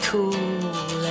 Cool